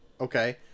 Okay